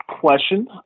question